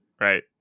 right